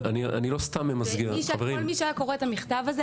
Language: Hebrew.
כל מי שהיה קורא את המכתב הזה,